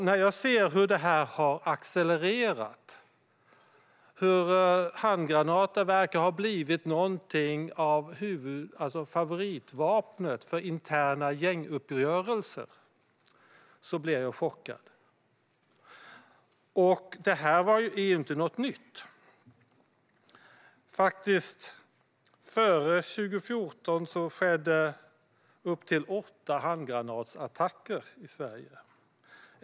När jag ser hur det har accelererat och hur handgranater verkar ha blivit något av ett favoritvapen för interna gänguppgörelser blir jag chockad. Det är inte något nytt. Före 2014 skedde upp till åtta handgranatsattacker i Sverige.